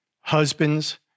husbands